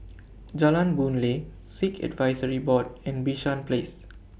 Jalan Boon Lay Sikh Advisory Board and Bishan Place